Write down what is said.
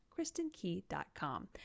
KristenKey.com